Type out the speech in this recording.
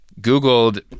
Googled